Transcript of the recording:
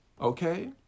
Okay